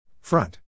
Front